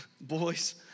boy's